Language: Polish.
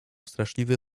straszliwy